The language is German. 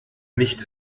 nicht